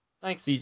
Thanks